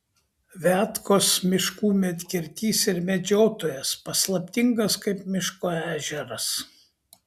viatkos miškų medkirtys ir medžiotojas paslaptingas kaip miško ežeras